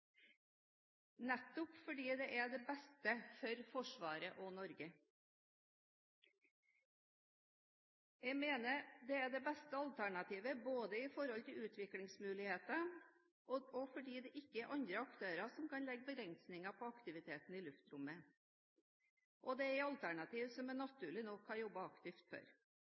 nettopp fordi det er det beste for Forsvaret og for Norge. Jeg mener det er det beste alternativet, med hensyn til både utviklingsmuligheter og at det ikke er andre aktører som kan legge begrensninger på aktiviteten i luftrommet. Dette er et alternativ jeg naturlig nok har jobbet aktivt